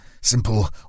Simple